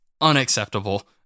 unacceptable